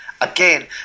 again